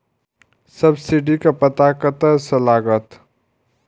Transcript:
Subsidy के पता कतय से लागत?